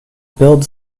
build